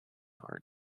art